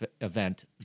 event